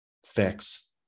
fix